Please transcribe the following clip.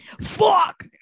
Fuck